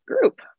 group